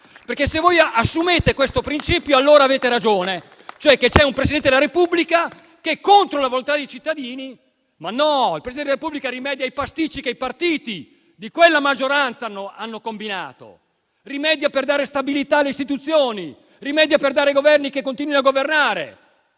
Se voi assumete questo principio, allora avete ragione, e cioè c'è un Presidente della Repubblica che è contro la volontà dei cittadini. Invece no: il Presidente della Repubblica rimedia ai pasticci che i partiti di quella maggioranza hanno combinato, rimedia per dare stabilità alle istituzioni, rimedia per dare dei Governi che continuino a governare.